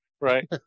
Right